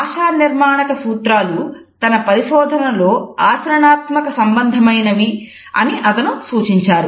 భాష నిర్మాణాత్మక సూత్రాలు తన పరిశోధనలో ఆచరణాత్మక సంబంధమైనవని అతను సూచించారు